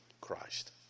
Christ